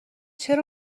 چرا